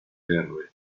terre